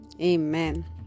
Amen